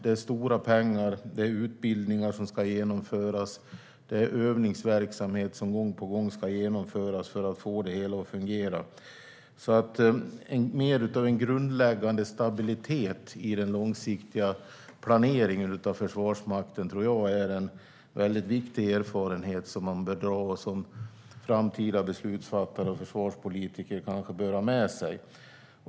Det är stora pengar, det är utbildningar som ska genomföras och det är övningsverksamhet som gång på gång ska genomföras för att det hela ska fås att fungera. Mer av en grundläggande stabilitet i den långsiktiga planeringen av Försvarsmakten tror jag därför är en väldigt viktig erfarenhet som man bör dra och som framtida beslutsfattare och försvarspolitiker kanske bör ha med sig.